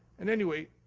and anyway,